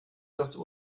dass